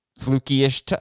fluky-ish